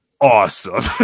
Awesome